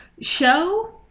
show